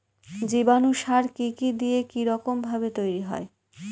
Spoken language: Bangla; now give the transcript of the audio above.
জীবাণু সার কি কি দিয়ে কি রকম ভাবে তৈরি হয়?